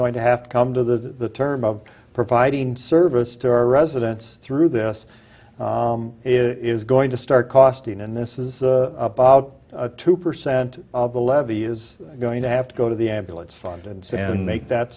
going to have to come to the term of providing service to our residents through this is going to start costing and this is about two percent of the levy is going to have to go to the ambulance fund and make that